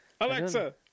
Alexa